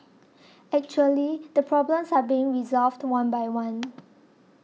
actually the problems are being resolved one by one